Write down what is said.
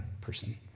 person